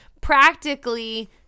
Practically